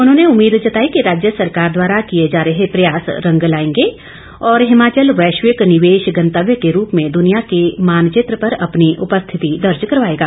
उन्होंने उम्मीद जताई कि राज्य सरकार द्वारा किए जा रहे प्रयास रंग लाएंगे और हिमाचल वैश्विक निवेश गंतव्य के रूप में दुनिया के मानचित्र पर अपनी उपस्थिति दर्ज करवाएगा